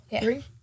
Three